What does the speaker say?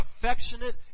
affectionate